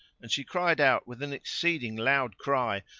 and she cried out with an exceeding loud cry,